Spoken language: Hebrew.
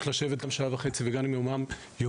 לשבת כאן עוד שעה וחצי וגם אם יומיים וחודש